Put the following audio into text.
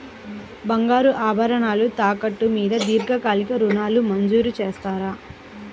బంగారు ఆభరణాలు తాకట్టు మీద దీర్ఘకాలిక ఋణాలు మంజూరు చేస్తారా?